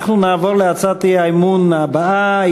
אנחנו נעבור להצעת האי-אמון הבאה,